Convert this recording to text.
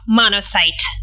monocyte